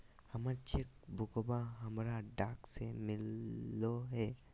हमर चेक बुकवा हमरा डाक से मिललो हे